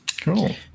Cool